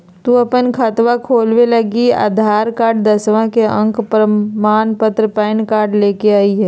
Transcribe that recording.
तू अपन खतवा खोलवे लागी आधार कार्ड, दसवां के अक प्रमाण पत्र, पैन कार्ड ले के अइह